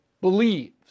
believes